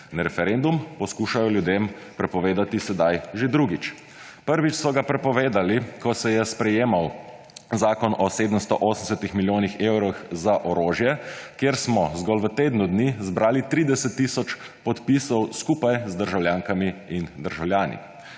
Referendum poskušajo ljudem prepovedati sedaj že drugič. Prvič so ga prepovedali, ko se je sprejemal zakon o 780 milijonih evrih za orožje, kjer smo zgolj v tednu dni zbrali 30 tisoč podpisov skupaj z državljankami in državljani.